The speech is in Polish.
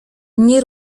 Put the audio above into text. nie